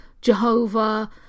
Jehovah